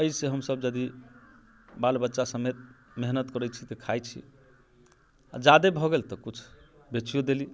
एहि सॅं हम सभ जदि बाल बच्चा समेत मेहनत करै छी तऽ खाइ छी आ जादे भऽ गेल तऽ किछु बेचियौ देलियै